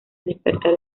despertar